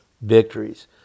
victories